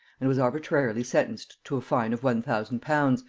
and was arbitrarily sentenced to a fine of one thousand pounds,